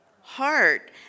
heart